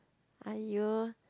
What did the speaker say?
!aiyo!